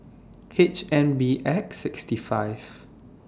H N B X sixty five